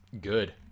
good